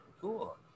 Cool